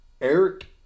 Eric